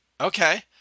Okay